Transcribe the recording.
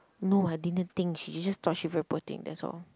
no I didn't think she just thought she very poor thing that's all